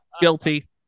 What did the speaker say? Guilty